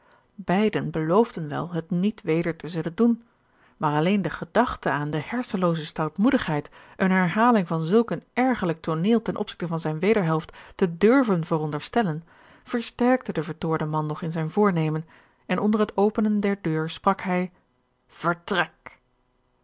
beiden beloofden wel het niet weder te zullen doen maar alleen de gedachte aan de hersenlooze stoutmoedigheid eene herhaling van zulk een ergerlijk tooneel ten opzigte van zijne wederhelft te durven veronderstellen versterkte den vertoornden man nog in zijn voornemen en onder het openen der deur sprak hij